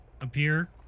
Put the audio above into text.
appear